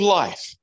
life